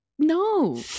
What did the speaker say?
No